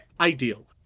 ideal